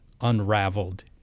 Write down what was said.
unraveled